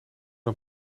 een